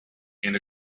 and